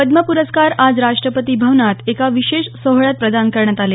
पद्म पुरस्कार आज राष्ट्रपती भवनात एका विशेष सोहळ्यात प्रदान करण्यात आले